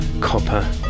copper